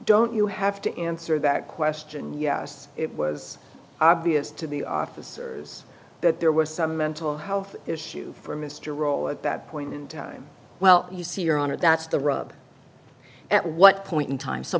don't you have to answer that question yes it was obvious to the officers that there was some mental health issue for mr roll at that point in time well you see your honor that's the rub at what point in time so